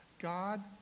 God